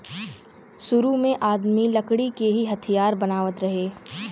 सुरु में आदमी लकड़ी के ही हथियार बनावत रहे